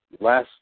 last